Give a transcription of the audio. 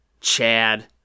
Chad